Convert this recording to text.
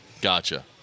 Gotcha